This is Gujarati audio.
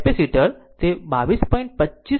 કારણ કે કેપેસિટર તે 22